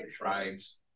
tribes